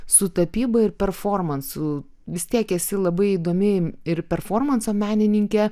su tapyba ir performansu vis tiek esi labai įdomi ir performanso menininkė